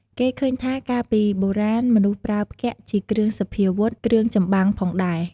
គេឃើញថា កាលពីបុរាណមនុស្សប្រើផ្គាក់ជាគ្រឿងសព្វាវុធ គ្រឿងចម្បាំង ផងដែរ ។